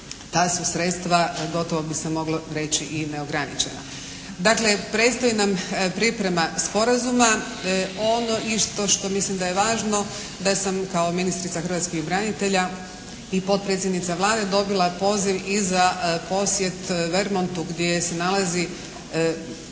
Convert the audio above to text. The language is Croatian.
ta su sredstva gotovo bi se moglo reći i neograničena. Dakle predstoji nam priprema sporazuma. Ono i što mislim da je važno da sam kao ministrica hrvatskih branitelja i potpredsjednica Vlade dobila poziv i za posjet Wermontu gdje se nalazi